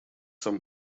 сам